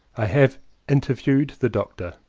i have interviewed the doctor,